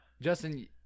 Justin